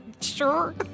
Sure